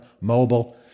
mobile